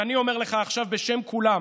ואני אומר לך עכשיו בשם כולם,